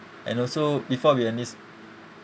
and also before we enlist